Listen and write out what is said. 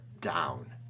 down